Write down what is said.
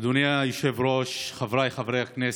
אדוני היושב-ראש, חבריי חברי הכנסת,